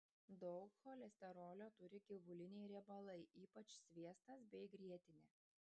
daug cholesterolio turi gyvuliniai riebalai ypač sviestas bei grietinė